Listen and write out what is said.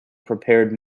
prepared